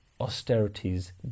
austerities